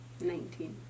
Nineteen